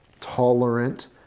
tolerant